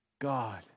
God